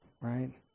Right